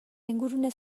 ingurune